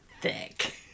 thick